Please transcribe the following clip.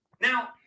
Now